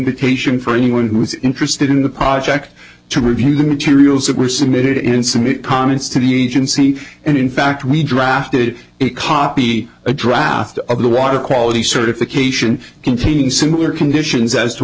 invitation for anyone who was interested in the project to review the materials that were submitted in submit comments to the agency and in fact we drafted a copy a draft of the water quality certification containing similar conditions as to